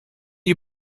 you